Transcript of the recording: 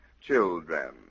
Children